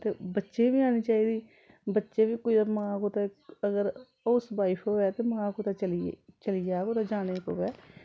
ते बच्चें गी बी औनी चाहिदी बच्चे बी कुतै मां कुतै अगर हाऊस बाइफ होऐ ते मां कुतै चली गेई चली जा कुतै जाने पवै